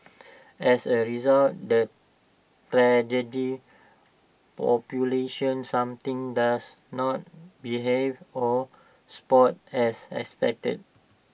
as A result the population something does not behave or Sport as expected